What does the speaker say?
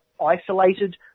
isolated